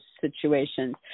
situations